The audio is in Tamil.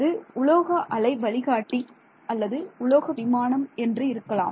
அது உலோக அலை வழிகாட்டி அல்லது உலோக விமானம் என்று இருக்கலாம்